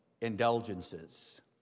indulgences